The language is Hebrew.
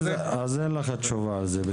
אז אין לך תשובה על זה, בסדר.